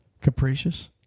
Capricious